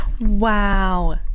Wow